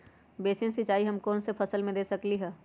Basin सिंचाई हम कौन कौन फसल में दे सकली हां?